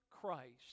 Christ